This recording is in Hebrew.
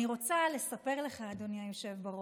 שרן מרים השכל (המחנה הממלכתי): אני רוצה לספר לך,